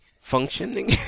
Functioning